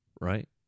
right